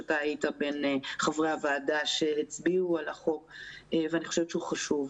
אתה היית בין חברי הוועדה שהצביעו על החוק ואני חושבת שהוא חשוב.